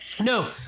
No